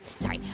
sorry.